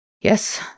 Yes